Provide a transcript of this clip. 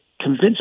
convince